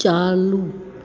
चालू